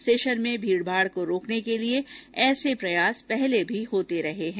station में भीड़भाड़ को रोकने के लिए ऐसे प्रयास पहले भी होते रहे हैं